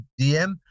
DM